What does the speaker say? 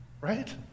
right